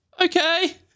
okay